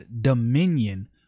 dominion